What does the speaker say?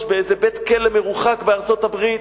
באיזה בית-כלא מרוחק בארצות-הברית,